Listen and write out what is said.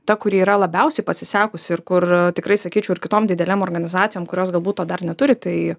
ta kuri yra labiausiai pasisekusi ir kur tikrai sakyčiau ir kitom didelėm organizacijom kurios galbūt to dar neturi tai